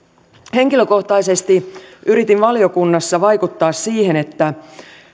henkilökohtaisesti yritin valiokunnassa vaikuttaa siihen että